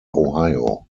ohio